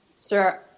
Sir